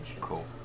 Cool